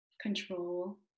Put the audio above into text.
control